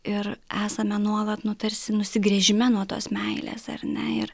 ir esame nuolat nu tarsi nusigręžime nuo tos meilės ar ne ir